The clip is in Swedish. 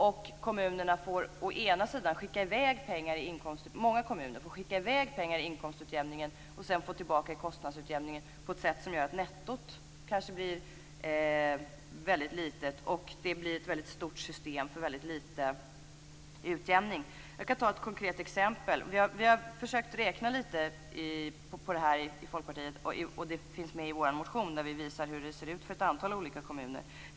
Många kommuner får skicka i väg pengar i inkomstutjämningen och får sedan tillbaka i kostnadsutjämningen på ett sätt som gör att nettot kanske blir väldigt litet. Det blir ett väldigt stort system för väldigt lite utjämning. Jag kan ta ett konkret exempel. Vi i Folkpartiet har försökt räkna lite på det här, och i vår motion visar vi hur det ser ut för ett antal olika kommuner.